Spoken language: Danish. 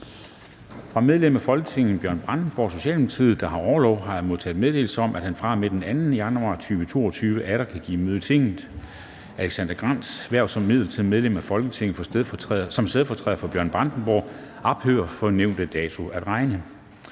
Fra medlem af Folketinget Bjørn Brandenborg (S), der har orlov, har jeg modtaget meddelelse om, at han fra og med den 2. januar 2022 atter kan give møde i Tinget. Alexander Grandts (S) hverv som midlertidigt medlem af Folketinget, som stedfortræder for Bjørn Brandenborg (S), ophører fra nævnte dato at regne.